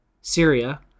Syria